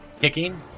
kicking